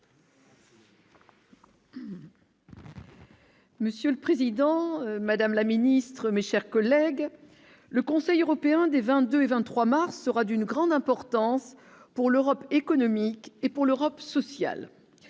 Monsieur le Président, Madame la Ministre, mes chers collègues, le Conseil européen des 22 et 23 mars sera d'une grande importance pour l'Europe économique et pour l'Europe sociale,